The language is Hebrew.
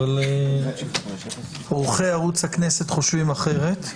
אבל עורכי ערוץ הכנסת חושבים אחרת.